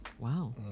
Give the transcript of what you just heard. Wow